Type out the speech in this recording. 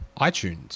iTunes